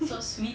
so sweet